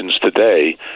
today